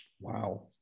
Wow